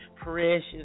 precious